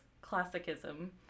classicism